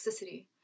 toxicity